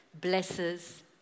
blesses